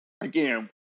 again